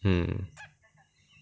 mm